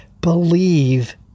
believe